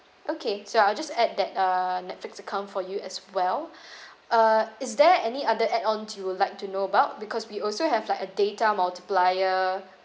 okay so I'll just add that uh netflix account for you as well uh is there any other add ons you would like to know about because we also have like a data multiplier